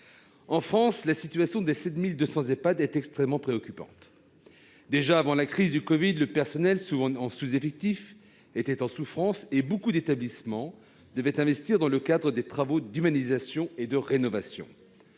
âgées dépendantes, est extrêmement préoccupante. Déjà, avant la crise du covid, le personnel, souvent en sous-effectif, était en souffrance, et beaucoup d'établissements devaient investir dans le cadre de travaux d'humanisation et de rénovation.